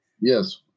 Yes